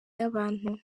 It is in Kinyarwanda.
y’abantu